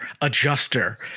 adjuster